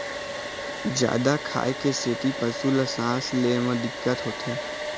जादा खाए के सेती पशु ल सांस ले म दिक्कत होथे